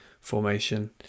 formation